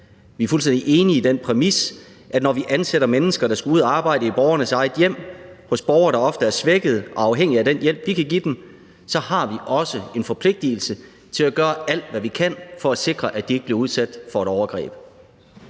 Vi er fuldstændig enige i den præmis, at når vi ansætter mennesker, der skal ud at arbejde i borgernes eget hjem hos borgere, der ofte er svækkede og afhængige af den hjælp, vi kan give dem, så har vi også en forpligtelse til at gøre alt, hvad vi kan, for at sikre, at de ikke bliver udsat for et overgreb.